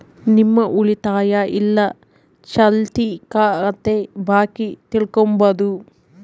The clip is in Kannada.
ನಿಮ್ಮ ಉಳಿತಾಯ ಇಲ್ಲ ಚಾಲ್ತಿ ಖಾತೆ ಬಾಕಿ ತಿಳ್ಕಂಬದು